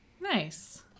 Nice